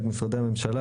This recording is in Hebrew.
את משרדי הממשלה,